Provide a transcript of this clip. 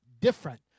different